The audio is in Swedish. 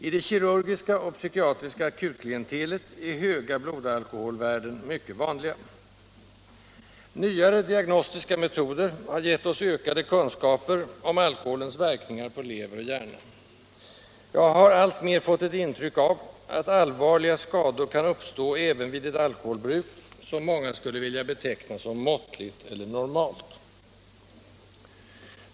I det kirurgiska och psykiatriska akutklientelet är höga blodalkoholvärden mycket vanliga. Nyare diagnostiska metoder har givit oss ökade kunskaper om alkoholens verkningar på lever och hjärna. Jag har alltmer fått ett intryck av att allvarliga skador kan uppstå även vid ett alkoholbruk som många skulle beteckna som måttligt eller normalt.